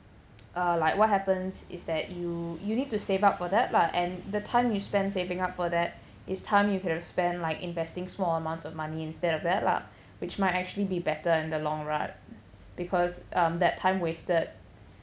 uh like what happens is that you you need to save up for that lah and the time you spent saving up for that it's time you can spend like investing small amounts of money instead of that lah which might actually be better in the long-run because um that time wasted